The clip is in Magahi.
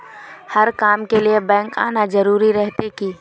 हर काम के लिए बैंक आना जरूरी रहते की?